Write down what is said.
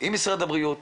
עם משרד הבריאות,